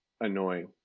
annoying